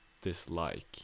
dislike